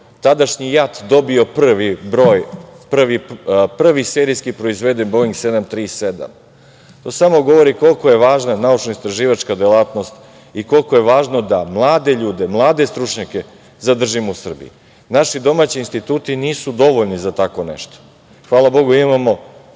tadašnji JAT dobio prvi serijski proizveden „boing 737“. To samo govori koliko je važna naučno-istraživačka delatnost i koliko je važno da mlade ljude, mlade stručnjake zadržimo u Srbiji. Naši domaći instituti nisu dovoljni za tako nešto. Hvala Bogu, imamo